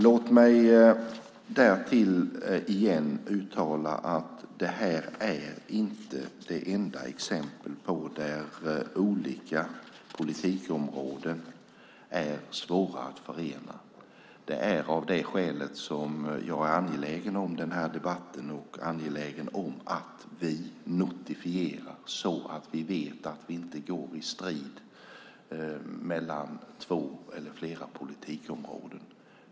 Låt mig därtill igen uttala att det här inte är det enda exemplet på att olika politikområden är svåra att förena. Det är av det skälet som jag är angelägen om den här debatten och att vi notifierar så att vi vet att vi inte går i strid med två eller flera politikområden.